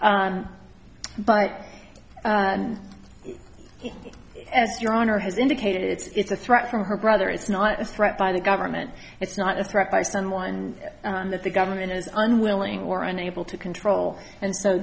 but as your honor has indicated it's a threat from her brother it's not a threat by the government it's not a threat by someone that the government is unwilling or unable to control and so